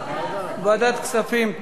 ועדת הכספים, טוב.